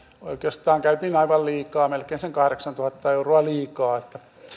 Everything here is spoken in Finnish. oikeastaan käytin aivan liikaa melkein sen kahdeksantuhatta euroa liikaa